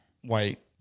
White